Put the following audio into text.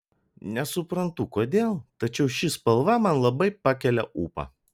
nesuprantu kodėl tačiau ši spalva man labai pakelia ūpą